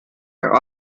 are